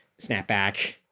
snapback